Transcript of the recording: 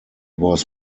was